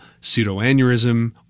pseudoaneurysm